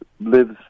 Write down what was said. lives